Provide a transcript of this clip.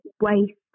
waste